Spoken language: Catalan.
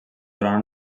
durant